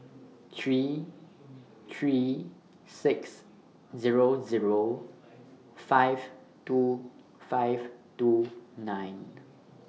three three six Zero Zero five two five two nine